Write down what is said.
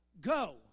go